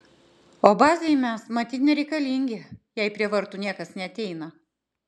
o bazei mes matyt nereikalingi jei prie vartų niekas neateina